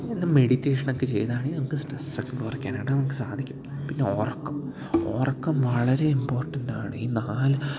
പിന്നെ മെഡിറ്റേഷനൊക്കെ ചെയ്തു ആണെങ്കിലും നമുക്ക് സ്ട്രെസ്സൊക്കെ കുറയ്ക്കാനായിട്ട് നമുക്ക് സാധിക്കും പിന്നെ ഉറക്കം ഉറക്കം വളരെ ഇമ്പോർട്ടൻ്റ് ആണ് ഈ നാല്